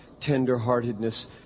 tenderheartedness